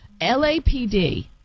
LAPD